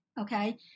okay